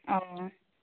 ᱳ